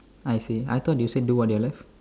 I see I thought you said do what you love